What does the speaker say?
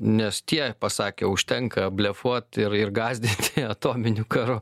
nes tie pasakė užtenka blefuot ir ir gąsdinti atominiu karu